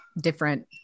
different